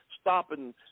stopping